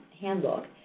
Handbook